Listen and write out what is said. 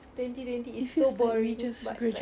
twenty twenty is so boring but like